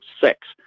six